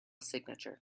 signature